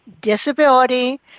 Disability